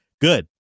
Good